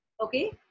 okay